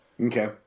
Okay